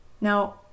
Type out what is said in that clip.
Now